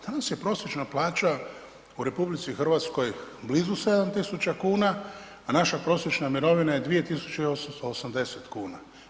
Danas je prosječna plaća u RH blizu 7.000, a naša prosječna mirovina je 2.880 kuna.